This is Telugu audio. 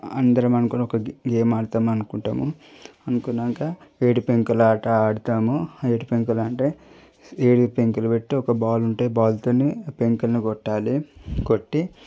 అందరం అనుకొని ఒక గేమ్ ఆడతాం అనుకుంటాము అనుకున్నాక ఏడు పెంకులాట ఆడుతాము ఏడు పెంకులు అంటే ఏడు పెంకులు పెట్టి ఒక బాల్ ఉంటే బాల్ తో పెంకుల్ని కొట్టాలి కొట్టి